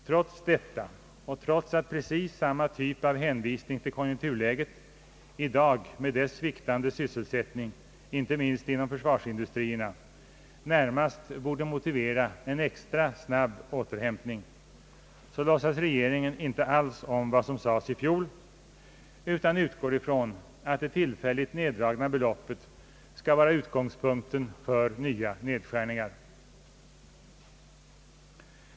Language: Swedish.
Trots detta och trots att precis samma typ av hänvisning till konjunkturläget i dag med dess sviktande sysselsättning, inte minst inom försvarsindustrierna, närmast borde motivera en extra snabb återhämtning, låtsas regeringen inte alls om vad som sades i fjol, utan utgår ifrån att det tillfälligt neddragna beloppet skall vara utgångspunkten för nya nedskärningar.